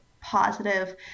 positive